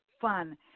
fun